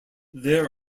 there